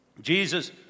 Jesus